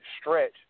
stretch